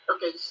Okay